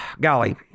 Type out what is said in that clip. golly